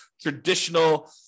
traditional